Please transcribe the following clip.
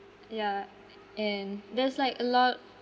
yeah and there's like a lot